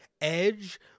Edge